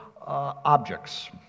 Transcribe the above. objects